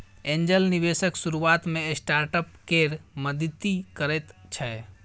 angel निबेशक शुरुआत मे स्टार्टअप केर मदति करैत छै